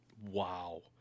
Wow